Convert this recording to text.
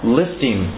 lifting